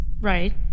Right